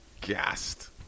gassed